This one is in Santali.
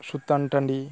ᱥᱩᱛᱟᱹᱱ ᱴᱟᱺᱰᱤ